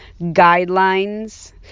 guidelines